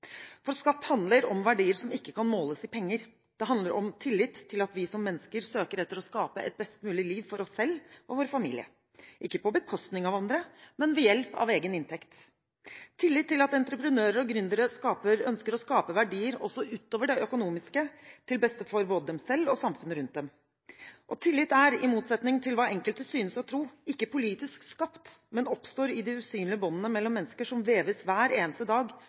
For skatt handler om verdier som ikke kan måles i penger. Det handler om tillit til at vi som mennesker søker etter å skape et best mulig liv for oss selv og vår familie – ikke på bekostning av andre, men ved hjelp av egen inntekt. Det handler om tillit til at entreprenører og gründere ønsker å skape verdier, også utover det økonomiske, til beste for både dem selv og samfunnet rundt dem. Og tillit er – i motsetning til hva enkelte synes å tro – ikke politisk skapt, men oppstår i de usynlige båndene mellom mennesker som veves hver eneste dag,